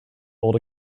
old